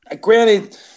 Granted